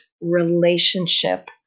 relationship